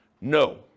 No